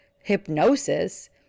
hypnosis